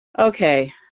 Okay